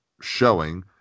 showing